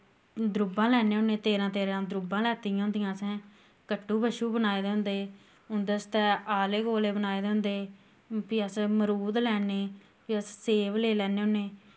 द्रुब्बां लैन्ने होन्ने तेरां तेरां द्रुब्बां लैती दियां होंदियां असै कट्टू बच्छू बनाए दे होंदे उंदै आस्तै आले गोले बनाए दे होंदे फ्ही अस मरूद लैन्ने प्ही अस सेब लेई लैन्ने होन्ने